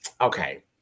okay